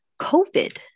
COVID